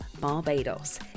Barbados